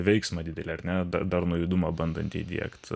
veiksmą didelį ar ne darnų judumą bandant įdiegti